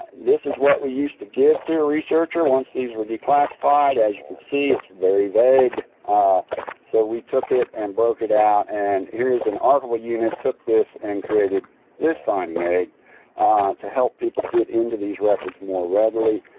this is what they used to give to a researcher once these were declassified. as you can see it's very vague so we took it and broke it out. and here as an archival unit took this and created this finding aid to help people get into these records more readily.